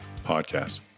Podcast